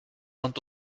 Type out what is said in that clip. und